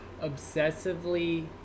obsessively